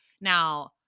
Now